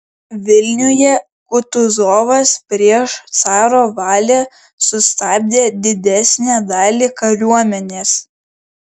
vilniuje kutuzovas prieš caro valią sustabdė didesnę dalį kariuomenės